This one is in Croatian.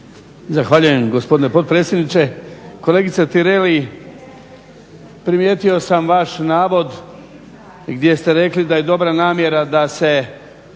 Zahvaljujem gospodine potpredsjedniče. Kolegice Tireli, primjetio sam vaš navod gdje ste rekli da je dobra namjera da se